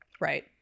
Right